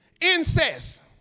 Incest